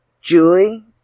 Julie